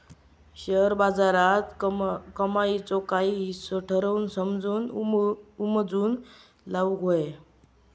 share बाजारात कमाईचो काही हिस्सो ठरवून समजून उमजून लाऊक व्हये